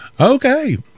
Okay